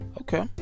okay